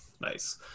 Nice